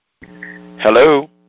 Hello